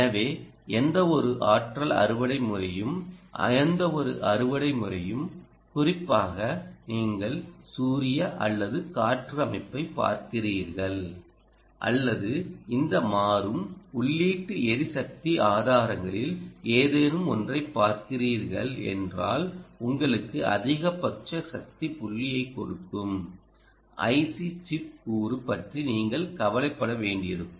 எனவே எந்தவொரு ஆற்றல் அறுவடை முறையும் எந்தவொரு அறுவடை முறையும் குறிப்பாக நீங்கள் சூரிய அல்லது காற்று அமைப்பைப் பார்க்கிறீர்கள் அல்லது இந்த மாறும் உள்ளீட்டு எரிசக்தி ஆதாரங்களில் ஏதேனும் ஒன்றைப் பார்க்கிறீர்கள் என்றால் உங்களுக்கு அதிகபட்ச சக்தி புள்ளியைக் கொடுக்கும் ஐசி சிப் கூறு பற்றி நீங்கள் கவலைப்பட வேண்டியிருக்கும்